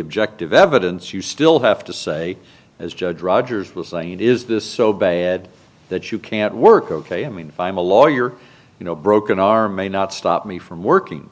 objective evidence you still have to say as judge rogers was saying is this so bad that you can't work ok i mean if i'm a lawyer you know a broken arm may not stop me from working